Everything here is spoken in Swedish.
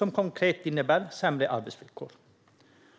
vilket konkret innebär sämre arbetsvillkor.